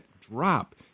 drop